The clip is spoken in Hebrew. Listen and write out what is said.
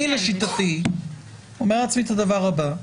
אני לשיטתי אומר לעצמי את הדבר הבא: